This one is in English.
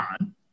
on